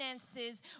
finances